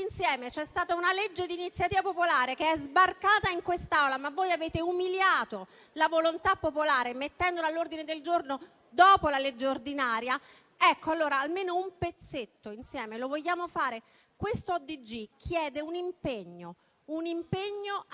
insieme: c'è stata una legge di iniziativa popolare che è sbarcata in quest'Aula, ma voi avete umiliato la volontà popolare, mettendola all'ordine del giorno dopo la legge ordinaria. Allora, ameno un pezzetto insieme lo vogliamo fare? Questo ordine del giorno chiede un impegno ad